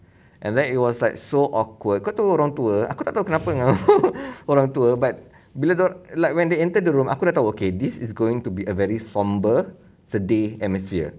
and then it was like so awkward ke tu orang tua aku tak tahu kenapa dengan orang tua but bila dia oran~ like when they entered the room aku dah tahu okay this is going to be a very sombre sedih atmosphere